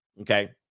Okay